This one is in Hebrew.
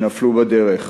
שנפלו בדרך.